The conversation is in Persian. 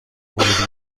ورودیه